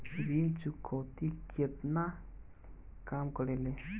ऋण चुकौती केगा काम करेले?